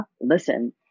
listen